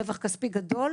רווח כספי גדול